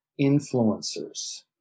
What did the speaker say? influencers